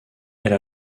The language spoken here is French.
elle